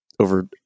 Over